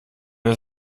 der